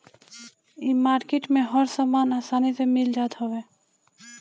इ मार्किट में हर सामान आसानी से मिल जात हवे